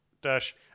dash